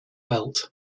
belt